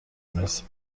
برسد